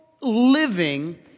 living